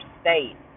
state